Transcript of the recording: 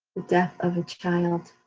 death of a child.